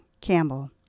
Campbell